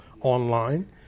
online